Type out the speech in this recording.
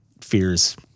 fears